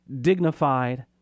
dignified